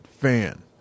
fan